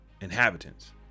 inhabitants